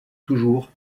toujours